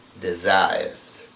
desires